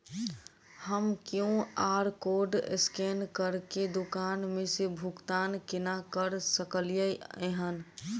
हम QR code scan करके दुकान मे भुगतान केना करऽ सकलिये एहन?